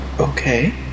Okay